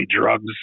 drugs